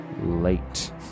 late